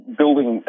building